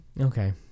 Okay